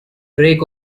drake